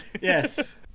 Yes